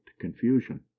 confusion